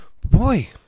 Boy